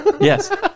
yes